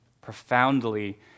profoundly